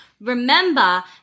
Remember